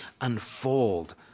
unfold